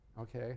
okay